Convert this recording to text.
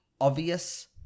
obvious